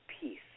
peace